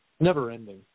never-ending